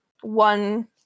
one